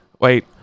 Wait